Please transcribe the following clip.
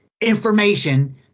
information